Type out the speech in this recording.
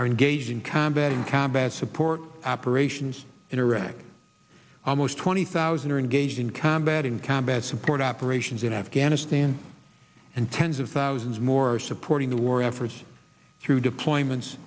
are engaged in combat in combat support operations in iraq almost twenty thousand are engaged in combat in combat support operations in afghanistan and tens of thousands more supporting the war efforts through deployments